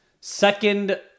second